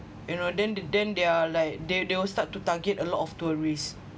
you know then then they're like they they will start to target a lot of tourists